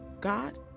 God